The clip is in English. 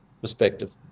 perspective